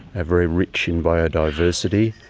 very rich in biodiversity,